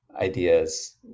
ideas